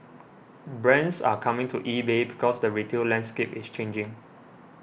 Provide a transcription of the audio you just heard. brands are coming to EBay because the retail landscape is changing